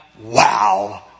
wow